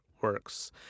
works